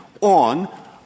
on